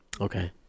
okay